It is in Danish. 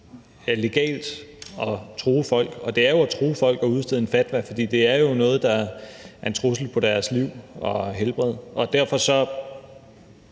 legalt at true folk, og det er jo at true folk at udstede en fatwa, for det er noget, der er en trussel på deres liv og helbred, og derfor vil